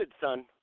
son